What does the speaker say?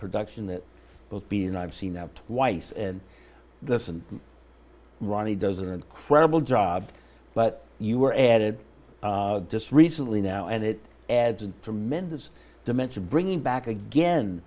production that will be and i've seen that twice and this and ronnie doesn't incredible job but you were added just recently now and it adds a tremendous dimension bringing back again